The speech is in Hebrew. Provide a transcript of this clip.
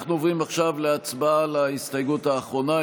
אנחנו עוברים עכשיו להצבעה על ההסתייגות האחרונה,